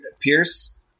Pierce